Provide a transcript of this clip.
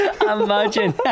Imagine